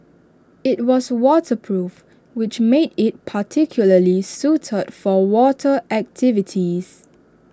IT was waterproof which made IT particularly suited for water activities